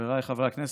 חבריי חברי הכנסת,